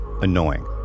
annoying